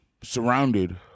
surrounded